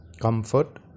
comfort